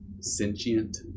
sentient